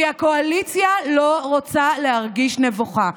כי הקואליציה לא רוצה להרגיש נבוכה.